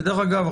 כי דרך אגב,